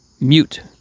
mute